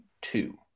two